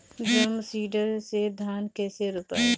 Drum seeder से धान कैसे रोपाई?